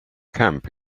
camp